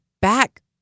back